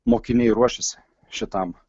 mokiniai ruošėsi šitam